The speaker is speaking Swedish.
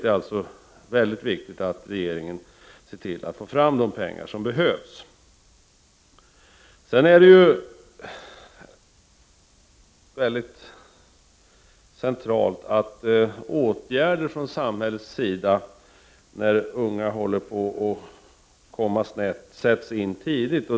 Det är alltså viktigt att regeringen ser till att få fram de pengar som behövs. Det är centralt att åtgärder från samhällets sida sätts in tidigt, när unga håller på att komma snett.